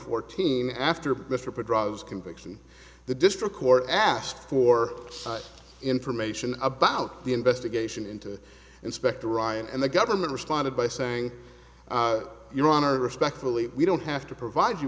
fourteen after mr put rather his conviction the district court asked for information about the investigation into the inspector ryan and the government responded by saying your honor respectfully we don't have to provide you